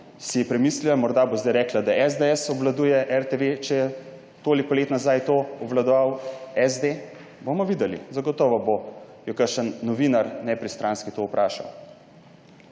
je premislila, morda bo zdaj rekla, da SDS obvladuje RTV, če je toliko let nazaj to obvladoval SD. Bomo videli. Zagotovo jo bo kakšen novinar, nepristranski, to vprašal.